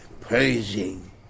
praising